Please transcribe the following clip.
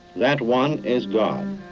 that one is god.